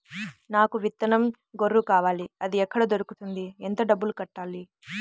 నాకు విత్తనం గొర్రు కావాలి? అది ఎక్కడ దొరుకుతుంది? ఎంత డబ్బులు కట్టాలి?